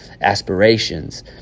aspirations